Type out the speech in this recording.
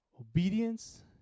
obedience